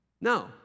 No